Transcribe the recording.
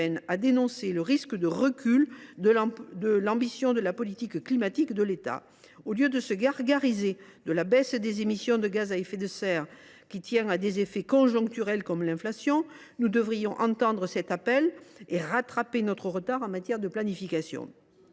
à dénoncer le « risque de recul de l’ambition de la politique climatique » de l’État. Au lieu de nous gargariser de la baisse des émissions de gaz à effet de serre, qui tient à des effets conjoncturels comme l’inflation, nous devrions entendre cet appel et rattraper notre retard en matière de planification.